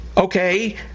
Okay